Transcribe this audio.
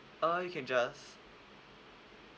uh you can just